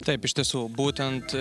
taip iš tiesų būtent